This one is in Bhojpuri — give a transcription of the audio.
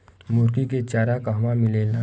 मुर्गी के चारा कहवा मिलेला?